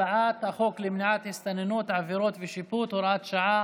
הצעת החוק למניעת הסתננות (עבירות ושיפוט) (הוראות שעה,